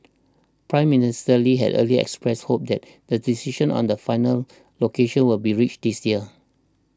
Prime Minister Lee had earlier expressed hope that the decision on the final location will be reached this year